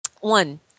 One